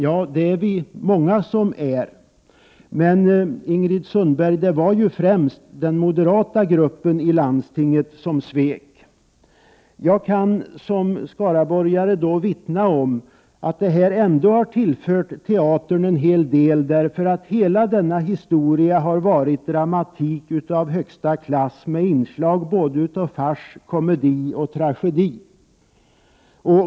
Ja, det är vi många som är. Men, Ingrid Sundberg, det var ju främst den moderata gruppen i landstinget som svek. Jag kan som skaraborgare vittna om att detta ändå har tillfört teatern en hel del, för hela denna historia har varit dramatik av högsta klass med inslag av såväl fars och komedi som tragedi.